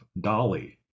dolly